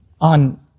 on